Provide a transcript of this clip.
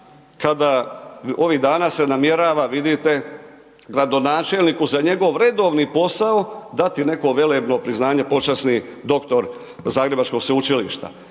kada ovih dana se namjerava vidite gradonačelniku će za njegov redovni posao dati neko velebno priznanje, počasni doktor zagrebačkog sveučilišta